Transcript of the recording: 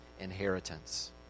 inheritance